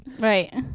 right